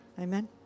Amen